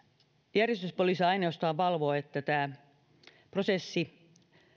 järjestyspoliisi ainoastaan valvoo että tämä prosessi